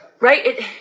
right